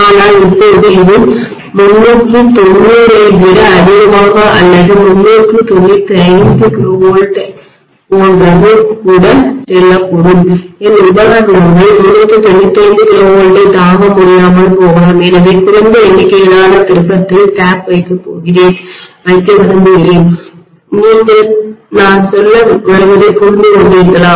ஆனால் இப்போது அது 390 ஐ விட அதிகமாக அல்லது 395 KV போன்றது கூட செல்லக்கூடும் என் உபகரணங்கள் 395 KVயைத் தாங்க முடியாமல் போகலாம் எனவே குறைந்த எண்ணிக்கையிலான திருப்பத்தில் டேப் வைக்க விரும்புகிறேன் நீங்கள் நான் சொல்ல வருவதை புரிந்து கொண்டீர்களா